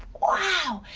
wow!